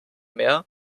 mehr